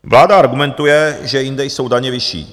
Vláda argumentuje, že jinde jsou daně vyšší.